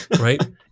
right